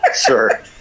sure